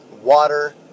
water